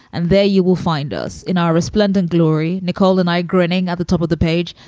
and there you will find us in our resplendent glory. nicole and i grinning at the top of the page,